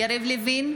יריב לוין,